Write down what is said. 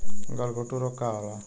गलघोटू रोग का होला?